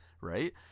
right